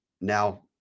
now